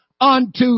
unto